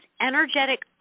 energetic